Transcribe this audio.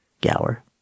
Gower